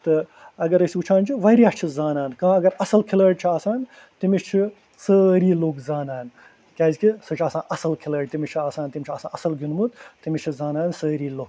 تہٕ اگر أسۍ وٕچھان چھِ وارِیاہ چھِ زانان کانٛہہ اگر اَصٕل کھِلٲڑۍ چھُ آسان تٔمِس چھِ سٲری لُکھ زانان کیٛازِ کہِ سُہ چھُ آسان اَصٕل کِھلٲڑۍ تٔمِس چھُ آسان تٔمِس چھُ آسان اَصٕل گنٛدمُت تٔمِس چھِ زانان سٲری لُکھ